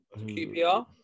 QPR